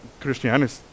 Christianity